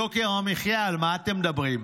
יוקר המחיה, על מה אתם מדברים?